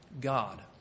God